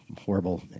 horrible